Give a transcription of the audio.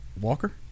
walker